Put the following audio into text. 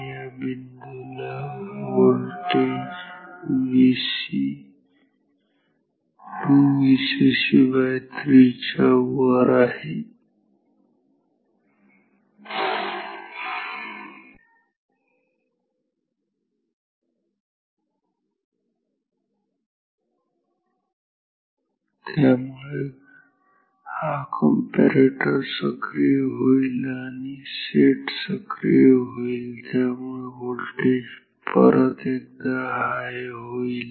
या बिंदूला हा व्होल्टेज Vc 2Vcc3 च्या वर आहे त्यामुळे हा कंपॅरेटर सक्रीय होईल आणि सेट सक्रिय होईल त्यामुळे हा व्होल्टेज परत एकदा हाय होईल